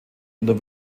unter